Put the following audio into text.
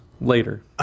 later